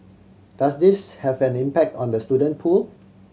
does this have an impact on the student pool